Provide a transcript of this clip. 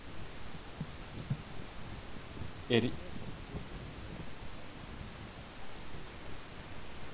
it it